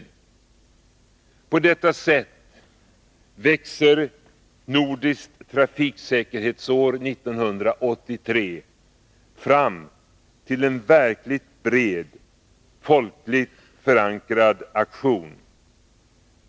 På detta sätt växer Nordiskt trafiksäkerhetsår 1983 fram till en verkligt bred, folkligt förankrad aktion.